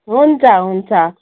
हुन्छ हुन्छ